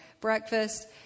breakfast